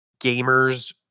gamers